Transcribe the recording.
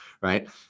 right